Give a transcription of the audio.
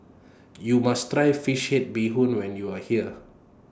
YOU must Try Fish Head Bee Hoon when YOU Are here